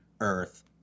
earth